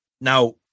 Now